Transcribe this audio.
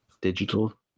digital